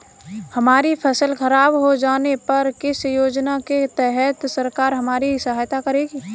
हमारी फसल खराब हो जाने पर किस योजना के तहत सरकार हमारी सहायता करेगी?